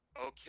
okay